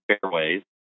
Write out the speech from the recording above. fairways